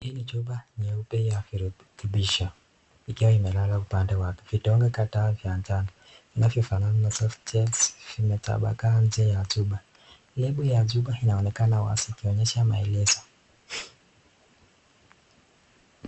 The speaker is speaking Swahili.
Hii ni chupa nyeupe ya virutubisho ikiwa imelala upande wake, vidonge kadhaa vya njano vinavyofanana na soft gels vimetapakaa nje ya chupa, lebo ya chupa inaonekana wazi ikionyesha maelezo.